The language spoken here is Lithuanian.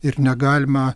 ir negalima